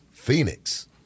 phoenix